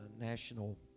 National